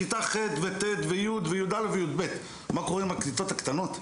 בכיתות ח'-י"ב אבל מה קורה עם הכיתות הנמוכות?